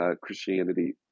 Christianity